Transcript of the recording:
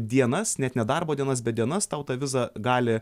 dienas net ne darbo dienas bet dienas tau tą vizą gali